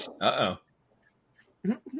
Uh-oh